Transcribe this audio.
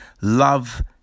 Love